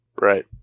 Right